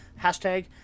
hashtag